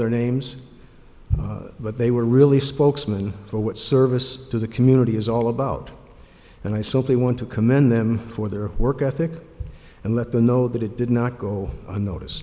their names but they were really spokesman for what service to the community is all about and i simply want to commend them for their work ethic and let them know that it did not go unnotice